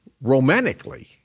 Romantically